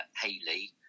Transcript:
Hayley